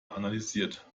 analysiert